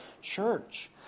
church